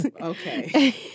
Okay